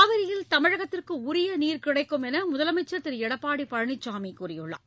காவிரியில் தமிழகத்திற்கு உரிய நீர் கிடைக்கும் என்று முதலமைச்சர் திரு எடப்பாடி பழனிசாமி கூறியுள்ளார்